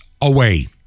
away